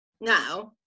now